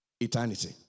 eternity